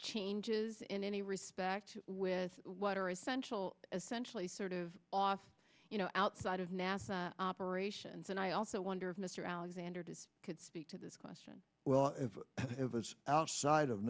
changes in any respect with what are essential essential a sort of office you know outside of nasa operations and i also wonder if mr alexander does could speak to this question well as outside of